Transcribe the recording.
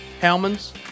Hellman's